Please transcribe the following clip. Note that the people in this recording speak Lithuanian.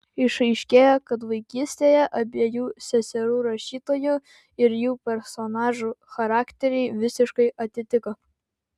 išaiškėjo kad vaikystėje abiejų seserų rašytojų ir jų personažų charakteriai visiškai atitiko